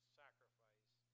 sacrifice